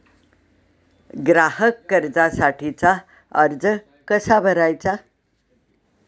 ग्राहक कर्जासाठीचा अर्ज कसा भरायचा?